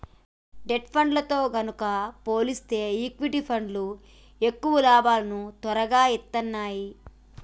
debt ఫండ్లతో గనక పోలిస్తే ఈక్విటీ ఫండ్లు ఎక్కువ లాభాలను తొరగా ఇత్తన్నాయి